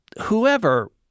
whoever